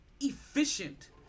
efficient